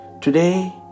Today